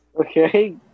Okay